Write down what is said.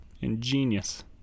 Ingenious